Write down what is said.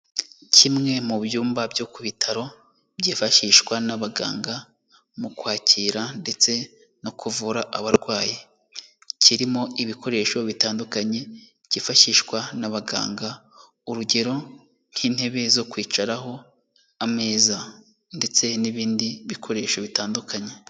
Kimwe mu byumba byo ku bitaro, byifashishwa n'abaganga, mu kwakira ndetse no kuvura abarwayi. Kirimo ibikoresho bitandukanye, byifashishwa n'abaganga, urugero nk'intebe zo kwicaraho, ameza, ndetse n'ibindi bikoresho bitandukanye.